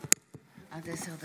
תנועתו של מרן הרב עובדיה יוסף זצ"ל,